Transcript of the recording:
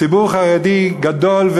ציבור חרדי גדול,